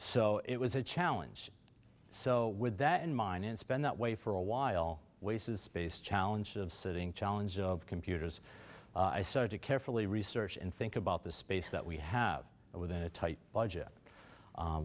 so it was a challenge so with that in mind and spend that way for a while wasted space challenge of sitting challenge of computers to carefully research and think about the space that we have within a tight budget